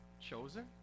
chosen